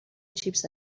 چیپس